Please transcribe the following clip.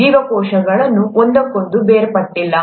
ಜೀವಕೋಶಗಳು ಒಂದಕ್ಕೊಂದು ಬೇರ್ಪಟ್ಟಿಲ್ಲ